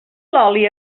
oli